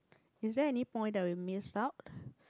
is there any point that we miss out